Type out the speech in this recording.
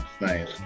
nice